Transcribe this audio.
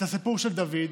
את הסיפור של דוד?